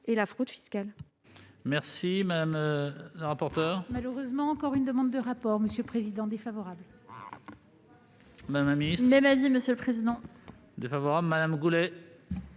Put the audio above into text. de la fraude fiscales.